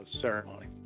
ceremony